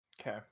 Okay